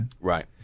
Right